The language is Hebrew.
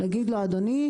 להגיד לו: אדוני,